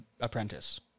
apprentice